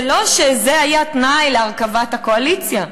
זה לא שזה היה התנאי להרכבת הקואליציה.